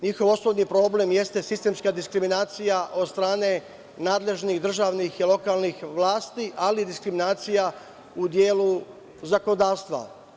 NJihov osnovni problem je sistemska diskriminacija od strane nadležnih državnih, lokalnih vlasti, ali i diskriminacija u delu zakonodavstva.